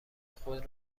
خود